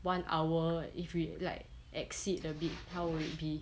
one hour if we like exceed a bit how would it be